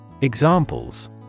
Examples